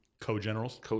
Co-generals